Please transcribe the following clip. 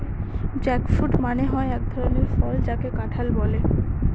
jackfruit মানে হয় এক ধরনের ফল যাকে কাঁঠাল বলে